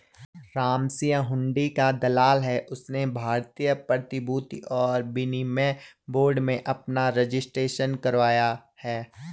रामसिंह हुंडी का दलाल है उसने भारतीय प्रतिभूति और विनिमय बोर्ड में अपना रजिस्ट्रेशन करवाया है